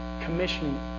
Commissioning